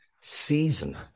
season